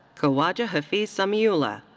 khawaja hafeez samiullah.